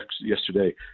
yesterday